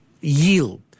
yield